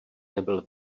nebyl